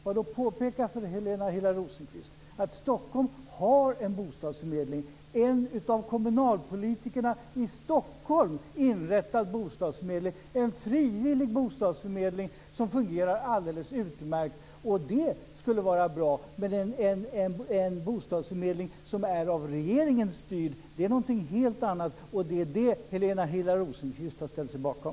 Men då vill jag, Helena Hillar Rosenqvist, påpeka att Stockholm har en bostadsförmedling, en av kommunalpolitikerna i Stockholm inrättad bostadsförmedling - en frivillig bostadsförmedling som fungerar alldeles utmärkt. Det skulle alltså vara bra men en bostadsförmedling som är styrd av regeringen är något helt annat och det är vad Helena Hillar Rosenqvist har ställt sig bakom.